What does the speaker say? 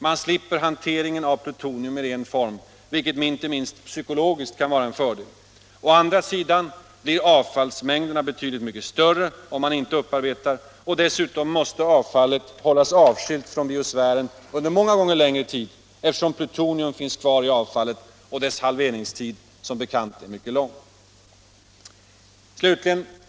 Man slipper vidare hantering av plutonium i ren form, vilket inte minst psykologiskt kan vara en fördel. Å andra sidan blir avfallsmängderna betydligt större om man icke upparbetar, och dessutom måste avfallet hållas avskilt från biosfären under många gånger längre tid, eftersom plutonium finns kvar i avfallet och dess halveringstid som bekant är mycket lång.